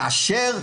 כאשר,